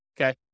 okay